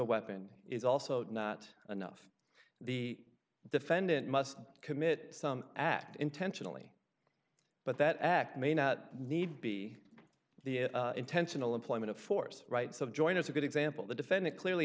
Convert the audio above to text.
weapon is also not enough the defendant must commit some act intentionally but that act may not need be the intentional employment of force rights of joined as a good example the defendant clearly